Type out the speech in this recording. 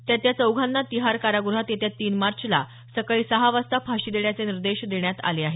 त्यात या चौघांना तिहार कारागृहात येत्या तीन मार्चला सकाळी सहा वाजता फाशी देण्याचे निर्देश देण्यात आले आहेत